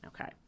Okay